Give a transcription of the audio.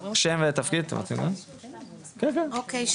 אוקי,